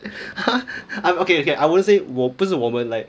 um okay okay I wouldn't say 我不是我们 like